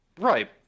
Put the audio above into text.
Right